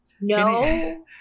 No